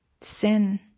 Sin